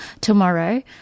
tomorrow